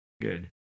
Good